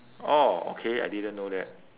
oh okay I didn't know that